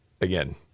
Again